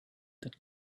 that